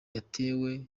yatewe